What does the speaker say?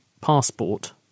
passport